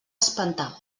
espantar